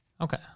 Okay